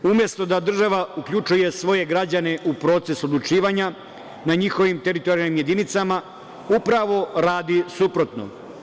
Umesto da država uključuje svoje građane u proces odlučivanja na njihovim teritorijalnim jedinicama, upravo radi suprotno.